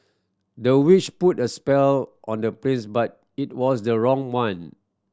the witch put a spell on the prince but it was the wrong one